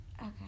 Okay